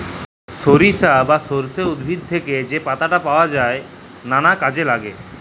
সরিষা বা সর্ষে উদ্ভিদ থ্যাকে যা পাতাট পাওয়া যায় লালা কাজে ল্যাগে